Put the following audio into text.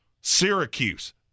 Syracuse